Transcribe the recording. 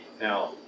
Now